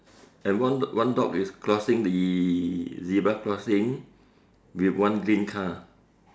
and one one dog is crossing the zebra crossing with one green car